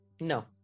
no